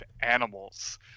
animals